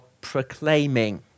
proclaiming